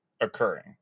occurring